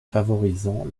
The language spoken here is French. favorisant